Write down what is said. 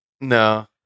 No